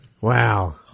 Wow